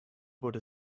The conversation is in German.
wurde